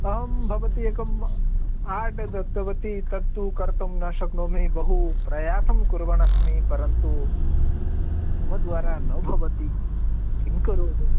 आं भवती एकम् आर्ट् दत्तवती तत्तु कर्तुं न शक्नोमि बहुप्रयासं कुर्वन्नस्मि परन्तु मम द्वारा न भवति किं करोमि